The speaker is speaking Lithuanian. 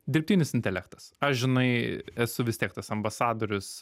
dirbtinis intelektas aš žinai esu vis tiek tas ambasadorius